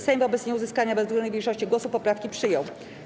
Sejm wobec nieuzyskania bezwzględnej większości głosów poprawki przyjął.